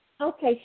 Okay